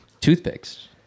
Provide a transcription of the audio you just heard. Toothpicks